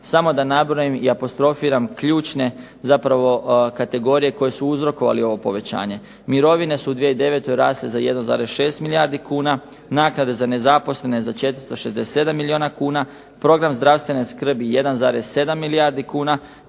samo da nabrojim i apostrofiram ključne zapravo kategorije koje su uzrokovali ovo povećanje. Mirovine su u 2009. rasli za 1,6 milijardi kuna, naknade za nezaposlene za 467 milijuna kuna, program zdravstvene skrbi 1,7 milijardi kuna,